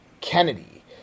Kennedy